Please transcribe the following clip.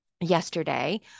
yesterday